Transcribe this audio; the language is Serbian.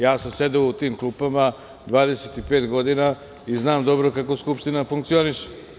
Ja sam sedeo u tim klupama 25 godina i znam dobro kako Skupština funkcioniše.